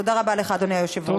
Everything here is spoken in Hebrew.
תודה רבה לך, אדוני היושב-ראש.